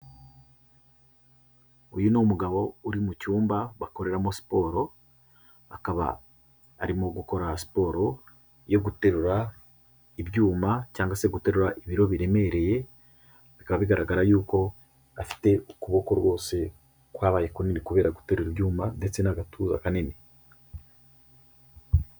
Uyu ni umugabo uri mu cyumba bakoreramo siporo, akaba arimo gukora siporo yo guterura ibyuma cyangwa se guterura ibiro biremereye, bikaba bigaragara yuko afite ukuboko rwose kwabaye kunini kubera guterura ibyuma ndetse n'agatuza kanini.